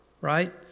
right